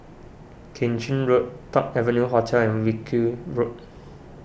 Keng Chin Road Park Avenue Hotel and Wilkie Road